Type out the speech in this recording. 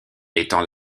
étant